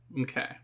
Okay